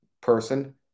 person